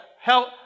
Help